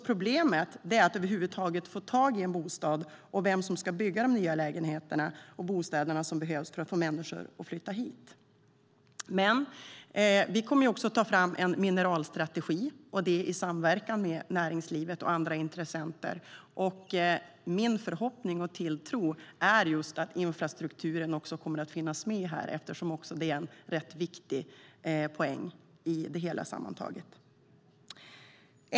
Problemet är att över huvud taget få tag i en bostad och vem som ska bygga de nya lägenheter och bostäder som behövs för att få människor att flytta till Pajala. Vi kommer också att ta fram en mineralstrategi i samverkan med näringslivet och andra intressenter. Min förhoppning och tilltro är just att infrastrukturen också kommer att finnas med här, eftersom också det är en rätt viktig poäng i det hela.